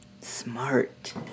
Smart